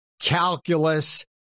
calculus